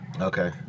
Okay